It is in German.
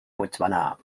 botswana